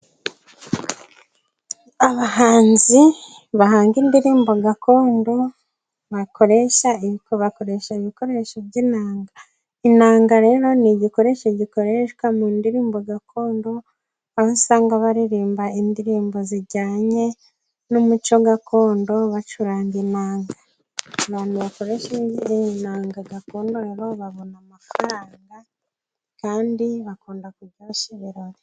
Abahanzi bahanga indirimbo gakondo bakoresha ibikoresho by'inanga. Inanga rero ni igikoresho gikoreshwa mu ndirimbo gakondo, aho usanga baririmba indirimbo zijyanye n'umuco gakondo bacuranga inanga. Abantu bakoresha inanga gakondo rero babona amafaranga kandi bakunda kuryoshya ibirori.